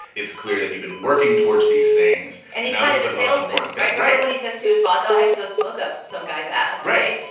it's clear that you've been working towards these things. and, you know, this is the most important guy, right? when he says to his boss, i have to go smoke up some guy's ass. right.